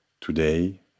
today